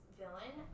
villain